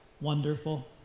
Wonderful